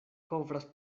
kovras